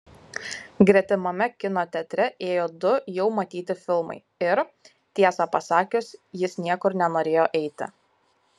gretimame kino teatre ėjo du jau matyti filmai ir tiesą pasakius jis niekur nenorėjo eiti